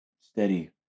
Steady